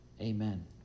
Amen